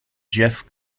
jeff